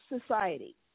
society